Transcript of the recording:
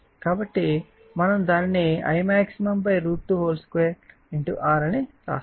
కాబట్టి మనము దానిని Imax√22 R అని రాస్తాము